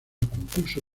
concurso